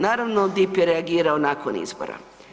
Naravno, DIP je reagirao nakon izbora.